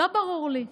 לא ברור לי.